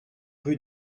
rue